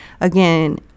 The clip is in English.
Again